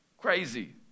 crazy